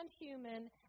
human